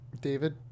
David